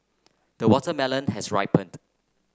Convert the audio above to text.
the watermelon has ripened